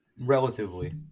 relatively